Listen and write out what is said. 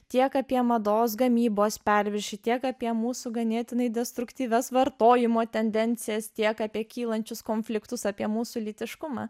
tiek apie mados gamybos perviršį tiek apie mūsų ganėtinai destruktyvias vartojimo tendencijas tiek apie kylančius konfliktus apie mūsų lytiškumą